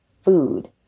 food